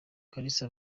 kalisa